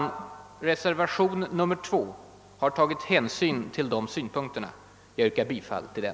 Reservation nr 2 har tagit hänsyn till de synpunkterna. Jag yrkar bifall till den.